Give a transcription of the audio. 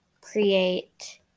create